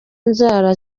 nzara